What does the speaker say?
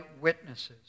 witnesses